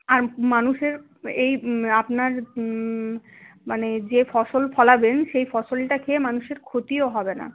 আর মানুষের এই আপনার মানে যে ফসল ফলাবেন সেই ফসলটা খেয়ে মানুষের ক্ষতিও হবে না